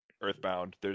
Earthbound